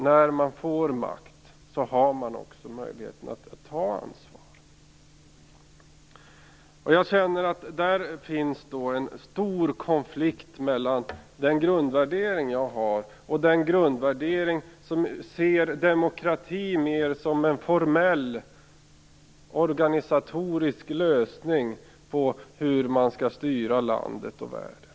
När man får makt har man också möjligheten att ta ansvar. Jag känner att det finns en stor konflikt mellan denna min grundvärdering och den grundvärdering som ser demokrati mer som en formell, organisatorisk lösning på hur man skall styra landet och världen.